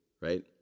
right